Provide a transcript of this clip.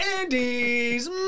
Andy's